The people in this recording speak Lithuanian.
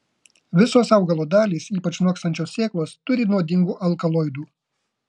visos augalo dalys ypač nokstančios sėklos turi nuodingų alkaloidų